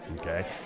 Okay